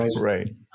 Right